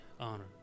honor